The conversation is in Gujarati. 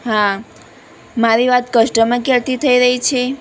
હા મારી વાત કસ્ટમર કેરથી થઈ રહી છે